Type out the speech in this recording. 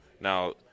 Now